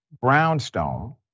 brownstone